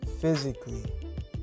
physically